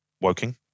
Woking